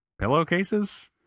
pillowcases